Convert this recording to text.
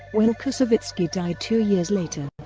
when koussevitzky died two years later,